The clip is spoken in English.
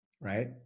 right